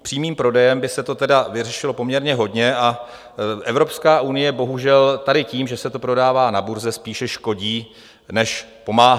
Přímým prodejem by se toho tedy vyřešilo poměrně hodně a Evropská unie bohužel tady tím, že se to prodává na burze, spíše škodí než pomáhá.